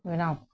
ᱵᱮᱱᱟᱣ ᱠᱚᱜᱼᱟ